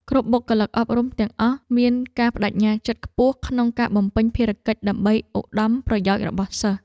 គ្រប់បុគ្គលិកអប់រំទាំងអស់មានការប្តេជ្ញាចិត្តខ្ពស់ក្នុងការបំពេញភារកិច្ចដើម្បីឧត្តមប្រយោជន៍របស់សិស្ស។